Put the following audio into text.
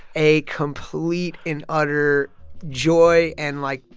a complete and utter joy and, like,